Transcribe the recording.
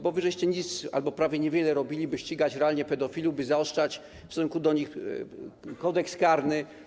Bo wy żeście nic albo niewiele robili, by ścigać realnie pedofilów, by zaostrzać w stosunku do nich Kodeks karny.